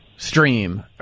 Stream